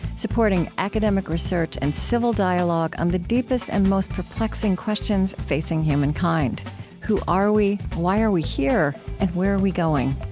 supporting academic research and civil dialogue on the deepest and most perplexing questions facing humankind who are we? why are we here? and where are we going?